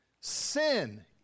Sin